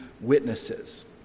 witnesses